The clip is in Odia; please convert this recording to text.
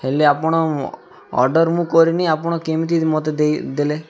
ହେଲେ ଆପଣ ଅର୍ଡ଼ର ମୁଁ କରିନି ଆପଣ କେମିତି ମୋତେ ଦେଇ ଦେଲେ